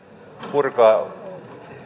purkaa